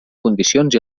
condicions